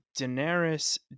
daenerys